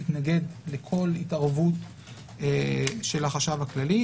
התנגד לכל התערבות של החשב הכללי.